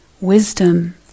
Wisdom